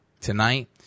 tonight